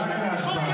בנוסף,